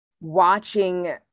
watching